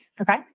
Okay